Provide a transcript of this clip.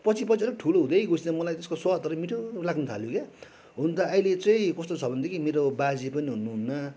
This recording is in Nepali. पछि पछि अलिक ठुलो हुँदै गएपछि चाहिँ मलाई त्यसको स्वाद अलिक मिठो लाग्न थाल्यो क्या हुन् त अहिले चाहिँ कस्तो छ भनेदेखि मेरो बाजे पनि हुनुहुन्न